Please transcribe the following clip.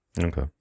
Okay